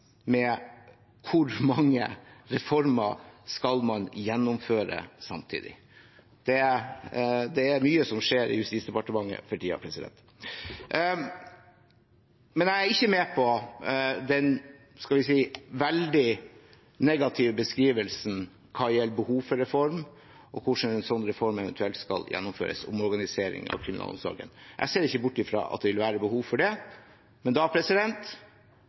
hvor mange reformer man skal gjennomføre samtidig. Det er mye som skjer i Justisdepartementet for tiden. Men jeg er ikke med på den – skal vi si – veldig negative beskrivelsen hva gjelder behovet for reform, og hvordan en sånn reform, en omorganisering av kriminalomsorgen, eventuelt skal gjennomføres. Jeg ser ikke bort fra at det vil være behov for det, men da